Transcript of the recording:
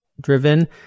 driven